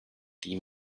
die